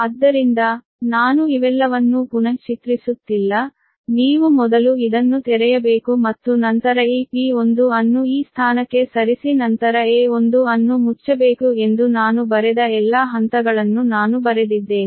ಆದ್ದರಿಂದ ನಾನು ಇವೆಲ್ಲವನ್ನೂ ಪುನಃ ಚಿತ್ರಿಸುತ್ತಿಲ್ಲ ನೀವು ಮೊದಲು ಇದನ್ನು ತೆರೆಯಬೇಕು ಮತ್ತು ನಂತರ ಈ P1 ಅನ್ನು ಈ ಸ್ಥಾನಕ್ಕೆ ಸರಿಸಿ ನಂತರ A1 ಅನ್ನು ಮುಚ್ಚಬೇಕು ಎಂದು ನಾನು ಬರೆದ ಎಲ್ಲಾ ಹಂತಗಳನ್ನು ನಾನು ಬರೆದಿದ್ದೇನೆ